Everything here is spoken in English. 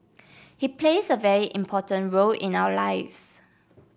he plays a very important role in our lives